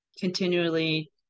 continually